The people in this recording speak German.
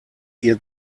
ihr